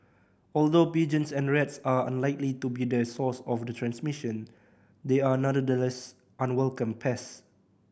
although pigeons and rats are unlikely to be the source of the transmission they are nonetheless unwelcome pests